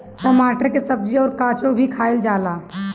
टमाटर के सब्जी अउर काचो भी खाएला जाला